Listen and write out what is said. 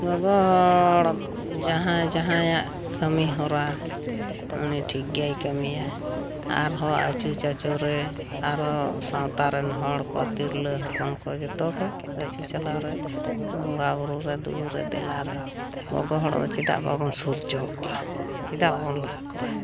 ᱜᱚᱜᱚᱦᱚᱲ ᱡᱟᱦᱟᱭ ᱡᱟᱦᱟᱭᱟᱜ ᱠᱟᱢᱤ ᱦᱚᱨᱟ ᱩᱱᱤ ᱴᱷᱤᱠ ᱜᱮᱭ ᱠᱟᱢᱤᱭᱟ ᱟᱨᱦᱚᱸ ᱟᱪᱩ ᱪᱟ ᱪᱳᱨᱮ ᱟᱨᱚ ᱥᱟᱶᱛᱟᱨᱮᱱ ᱦᱚᱲ ᱠᱚ ᱛᱤᱨᱞᱟᱹ ᱦᱚᱯᱚᱱ ᱠᱚ ᱡᱚᱛᱚᱜᱮ ᱟᱪᱩ ᱪᱟᱞᱟᱣᱨᱮ ᱵᱚᱸᱜᱟ ᱵᱩᱨᱩᱨᱮ ᱫᱩᱨᱮ ᱫᱮᱞᱟᱨᱮ ᱜᱚᱜᱚᱦᱚᱲ ᱟᱫᱚ ᱪᱮᱫᱟᱜ ᱵᱟᱵᱚᱱ ᱥᱩᱨ ᱪᱚᱣᱠᱚᱣᱟ ᱪᱟᱫᱟᱜ ᱵᱟᱵᱚᱱ ᱞᱟᱦᱟ ᱠᱚᱣᱟ